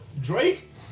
Drake